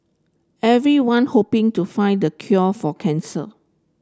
everyone hoping to find the cure for cancer